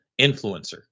influencer